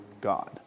God